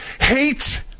hate